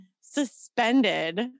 suspended